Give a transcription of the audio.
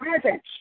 presence